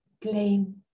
blame